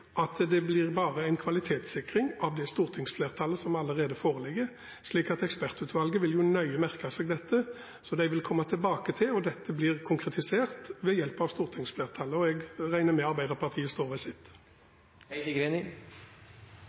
blir en kvalitetssikring av det stortingsflertallet som allerede foreligger. Ekspertutvalget vil merke seg dette nøye, de vil komme tilbake til det, og det blir konkretisert ved hjelp av stortingsflertallet. Jeg regner med at Arbeiderpartiet står ved sitt.